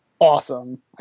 awesome